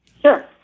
Sure